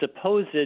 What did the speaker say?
supposed